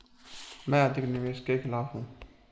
मैं अधिक निवेश के खिलाफ हूँ